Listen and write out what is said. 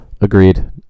agreed